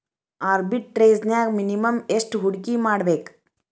ಆರ್ಬಿಟ್ರೆಜ್ನ್ಯಾಗ್ ಮಿನಿಮಮ್ ಯೆಷ್ಟ್ ಹೂಡ್ಕಿಮಾಡ್ಬೇಕ್?